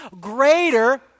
greater